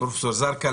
לפרופסור זרקא,